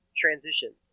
transition